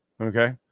Okay